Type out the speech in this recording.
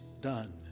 done